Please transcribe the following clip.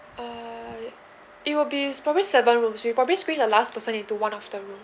err it will be probably seven rooms people basically the last person into one of them